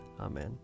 Amen